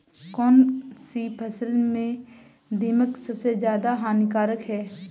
कौनसी फसल में दीमक सबसे ज्यादा हानिकारक है?